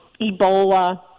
Ebola